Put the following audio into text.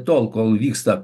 tol kol vyksta